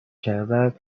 کردن